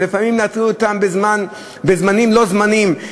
ולפעמים להטריד אותם בזמנים לא-זמנים,